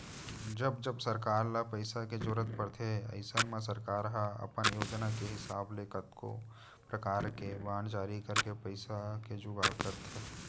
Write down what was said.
जब जब सरकार ल पइसा के जरूरत परथे अइसन म सरकार ह अपन योजना के हिसाब ले कतको परकार के बांड जारी करके पइसा के जुगाड़ करथे